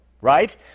right